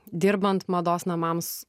dirbant mados namams